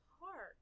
hard